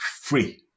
free